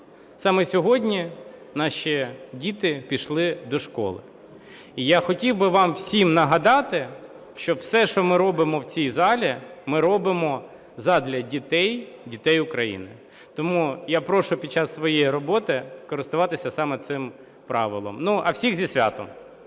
Саме сьогодні наші діти пішли до школи. І я хотів би вам всім нагадати, що все, що ми робимо в цій залі, ми робимо задля дітей, дітей України. Тому я прошу під час своєї роботи користуватися саме цим правилом. Ну, а всіх зі святом!